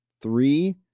three